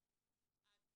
עד כאן,